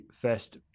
first